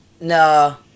No